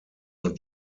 not